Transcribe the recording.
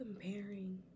comparing